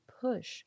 push